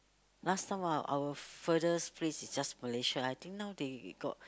last time our our furthest places is just Malaysia I think now they got